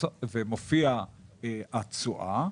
מופיעה התשואה,